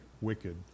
wicked